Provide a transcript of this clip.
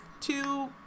two-